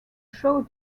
show